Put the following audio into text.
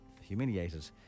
humiliated